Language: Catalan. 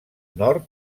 nord